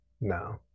No